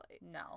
No